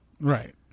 right